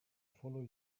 follow